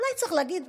אולי צריך להגיד,